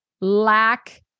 lack